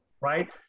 right